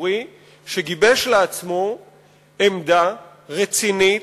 וציבורי שגיבש לעצמו עמדה רצינית,